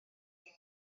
gen